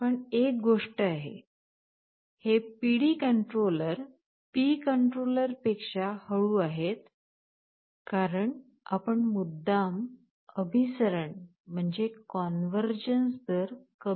पण एक गोष्ट आहे हे PD कंट्रोलर P कंट्रोलरपेक्षा हळू आहेत कारण आपण मुद्दाम अभिसरण दर कमी करीत आहोत